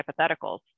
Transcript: hypotheticals